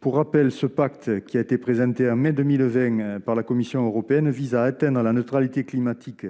Pour rappel, le Pacte vert européen, ou, présenté en mai 2020 par la Commission européenne, vise à atteindre la neutralité climatique